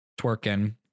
twerking